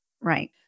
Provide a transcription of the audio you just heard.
Right